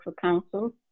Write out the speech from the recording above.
Council